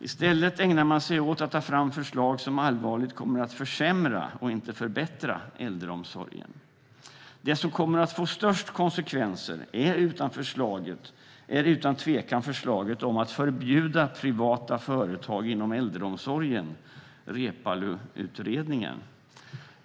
I stället ägnar man sig åt att ta fram förslag som allvarligt kommer att försämra äldreomsorgen, inte förbättra den. Det som kommer att få störst konsekvenser är utan tvekan förslaget om att förbjuda privata företag inom äldreomsorgen, Reepaluutredningen.